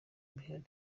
bihari